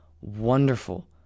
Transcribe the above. wonderful